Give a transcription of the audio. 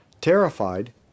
terrified